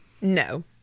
No